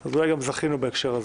אז אולי זכינו גם בהקשר הזה.